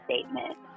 statement